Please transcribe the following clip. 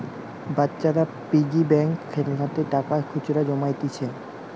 বাচ্চারা piggy bank খেলনাতে টাকা খুচরা জমাইতিছে